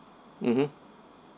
mmhmm